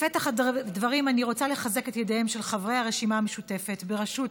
בפתח הדברים אני רוצה לחזק את ידיהם של חברי הרשימה המשותפת בראשות